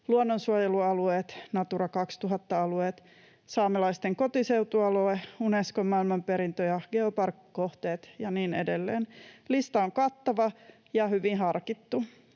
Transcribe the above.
luonnonsuojelualueilla, Natura 2000 -alueilla, saamelaisten kotiseutualueella, Unescon maailmanperintö- ja geopark-kohteissa ja niin edelleen — lista on kattava ja hyvin harkittu.